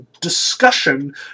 discussion